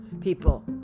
people